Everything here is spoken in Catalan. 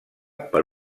per